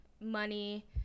Money